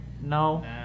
No